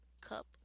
cup